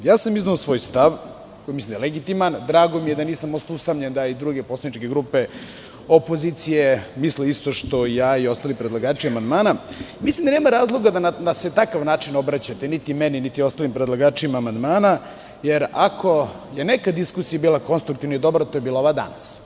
Izneo sam svoj stav, koji mislim da je legitiman, drago mi je da nisam ostao usamljen, da i druge poslaničke grupe opozicije misle isto što i ja i ostali predlagači amandmana, mislim da nema razloga da se na takav način obraćate, niti meni, niti ostalim predlagačima amandmana, jer ako je neka diskusija bila konstruktivna i dobra, to je bila ova danas.